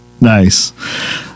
Nice